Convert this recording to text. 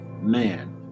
man